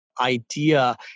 idea